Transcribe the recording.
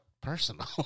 personal